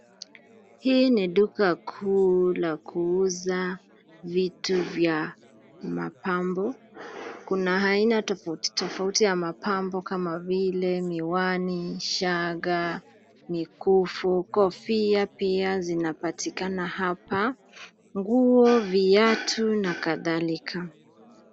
Hii ni duka kuu ya kuuza vitu vya mapambo. Kuna aina tofauti tofauti ya mapambo kama vile miwani, shanga, mikufu. Kofia pia zinapatikana hapa. Nguo, viatu na kadhalika.